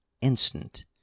instant